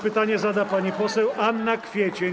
Pytanie zada pani poseł Anna Kwiecień.